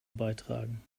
beitragen